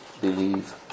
believe